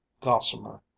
gossamer